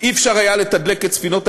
לא היה אפשר לתדלק את ספינות המשטרה.